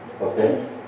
Okay